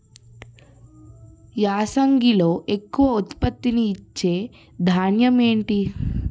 యాసంగిలో ఎక్కువ ఉత్పత్తిని ఇచే ధాన్యం ఏంటి?